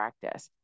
practice